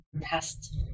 past